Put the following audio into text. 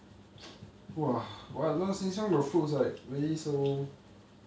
!wah! !walao! sheng siong the fruits like really so